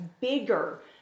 bigger